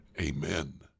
Amen